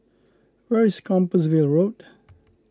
where is Compassvale Road